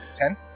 Ten